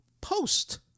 post